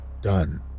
done